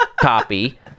copy